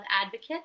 advocate